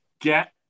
get